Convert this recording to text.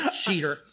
Cheater